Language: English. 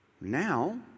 now